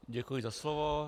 Děkuji za slovo.